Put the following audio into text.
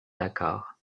dakar